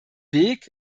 weg